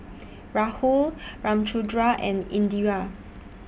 Rahul Ramchundra and Indira